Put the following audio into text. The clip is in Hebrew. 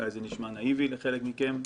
אולי זה נשמע נאיבי לחלק מכם,